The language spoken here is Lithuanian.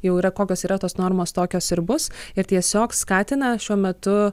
jau yra kokios yra tos normos tokios ir bus ir tiesiog skatina šiuo metu